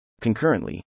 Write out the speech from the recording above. Concurrently